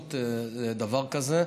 הסבירות לדבר כזה.